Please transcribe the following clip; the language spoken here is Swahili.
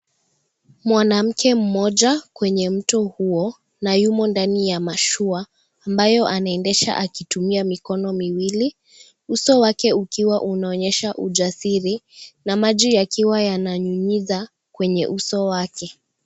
Mwanamke mmoja kwenye mto huo na yumo ndani ya mashua ambayo anaendesha akitumia mikono miwili, uso wake ukiwa unaonyesha ujasiri na maji yakiwa yana nyunyiza kwenye uso wake.